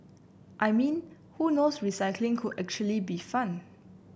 I mean who knows recycling could actually be fun